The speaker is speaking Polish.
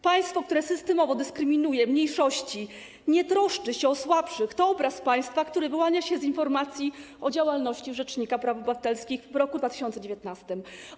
Państwo, które systemowo dyskryminuje mniejszości i nie troszczy się o słabszych - to obraz państwa, który wyłania się z informacji o działalności rzecznika praw obywatelskich w roku 2019.